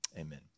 amen